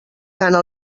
gana